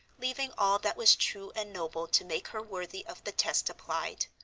leaving all that was true and noble to make her worthy of the test applied.